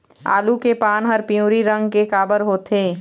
आलू के पान हर पिवरी रंग के काबर होथे?